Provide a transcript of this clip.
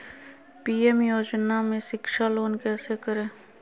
PM योजना में शिक्षा लोन कैसे करें?